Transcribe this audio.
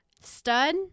stud